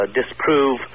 disprove